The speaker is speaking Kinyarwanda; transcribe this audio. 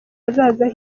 ahazaza